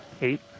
eight